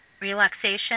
relaxation